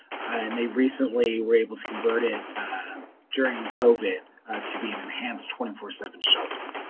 and they recently were able to convert it during covid to be an enhanced twenty four seven shelter.